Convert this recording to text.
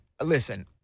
Listen